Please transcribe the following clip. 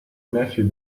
nephew